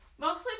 Mostly